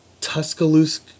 Tuscaloosa